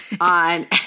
on